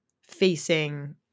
facing